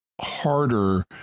harder